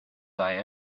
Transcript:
die